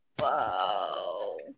Whoa